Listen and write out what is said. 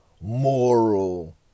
moral